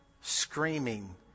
screaming